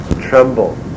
tremble